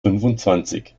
fünfundzwanzig